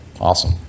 Awesome